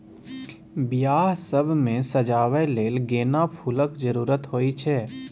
बियाह सब मे सजाबै लेल गेना फुलक जरुरत होइ छै